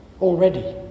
already